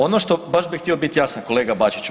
Ono što, baš bih htio biti jasan kolega Bačiću.